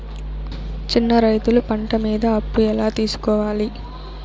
చిన్న రైతులు పంట మీద అప్పు ఎలా తీసుకోవాలి?